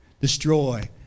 Destroy